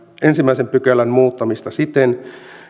ensimmäisen pykälän muuttamista siten